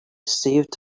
saved